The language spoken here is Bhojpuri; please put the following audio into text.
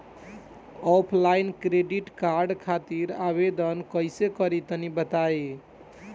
ऑफलाइन क्रेडिट कार्ड खातिर आवेदन कइसे करि तनि बताई?